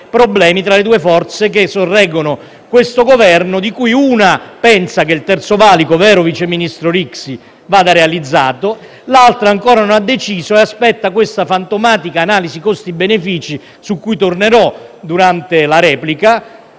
problemi tra le due forze che sorreggono questo Governo, di cui una pensa che il Terzo valico - vero, vice ministro Rixi? - vada realizzato, e l’altra ancora non ha deciso e aspetta una fantomatica analisi costi-benefici, su cui tornerò durante la replica,